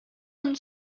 een